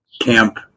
camp